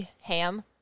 ham